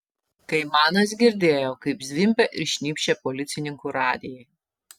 kaimanas girdėjo kaip zvimbia ir šnypščia policininkų radijai